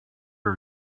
are